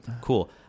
Cool